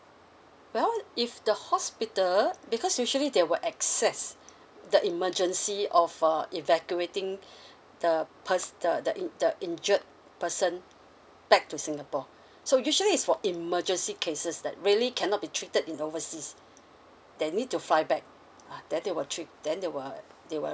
well if the hospital because usually they will assess the emergency of uh evacuating the pers~ the the in the injured person back to singapore so usually is for emergency cases that really cannot be treated in overseas they need to fly back ah then they will treat then they will they will